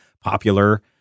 popular